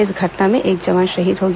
इस घटना में एक जवान शहीद हो गया